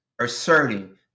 asserting